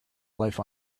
life